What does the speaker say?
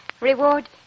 Reward